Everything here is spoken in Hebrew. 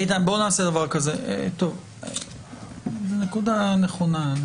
איתן, זאת נקודה נכונה.